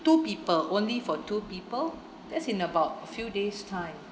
two people only for two people that's in about a few days time